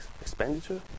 expenditure